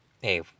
Hey